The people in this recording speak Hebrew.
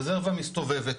רזרבה מסתובבת.